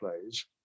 plays